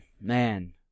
man